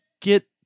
get